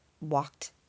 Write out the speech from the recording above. Walked